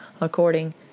according